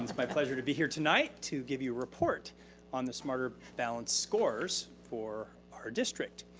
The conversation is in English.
my pleasure to be here tonight to give you a report on the smarter balance scores for our district.